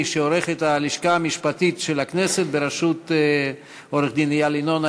שעורכת הלשכה המשפטית של הכנסת בראשות עורך-דין איל ינון,